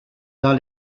dans